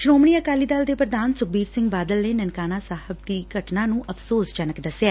ਸ੍ਰੋਮਣੀ ਅਕਾਲੀ ਦਲ ਦੇ ਪ੍ਰਧਾਨ ਸੁਖਬੀਰ ਸਿੰਘ ਬਾਦਲ ਨੇ ਨਨਕਾਣਾ ਸਾਹਿਬ ਦੀ ਘਟਨਾ ਨੂੰ ਅਫ਼ਸੋਸਜਨਕ ਦਸਿਐ